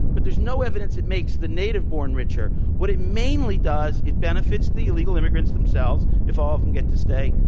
but there's no evidence it makes the native-born richer. what it mainly does is benefits the illegal immigrants themselves if all of them get to stay,